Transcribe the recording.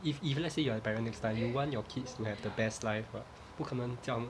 if if let's say you're a parent next time you want your kids to have the best life but 不可能这样